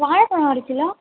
வாழைப்பழம் ஒரு கிலோ